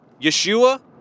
Yeshua